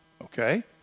okay